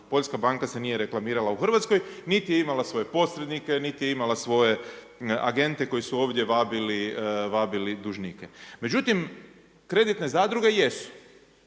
Poljska banka se nije reklamirala u Hrvatskoj niti je imala svoje posrednike, niti je imala svoje agente koji su ovdje vabili dužnike. Međutim, kreditne zadruge jesu.